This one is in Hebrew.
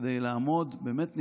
כדי לעמוד באמת נדהם,